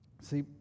See